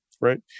right